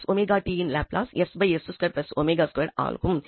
coswt இன் Laplace ஆகும்